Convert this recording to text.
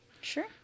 Sure